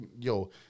Yo